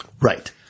Right